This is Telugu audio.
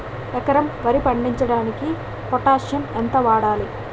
ఎకరం వరి పండించటానికి పొటాష్ ఎంత వాడాలి?